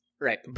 Right